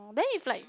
then if like